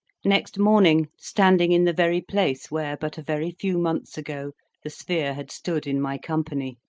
next morning, standing in the very place where but a very few months ago the sphere had stood in my company,